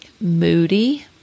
moody